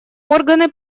органы